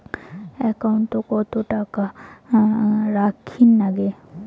একাউন্টত কত টাকা রাখীর নাগে?